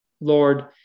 Lord